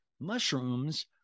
mushrooms